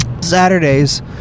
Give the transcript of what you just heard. Saturdays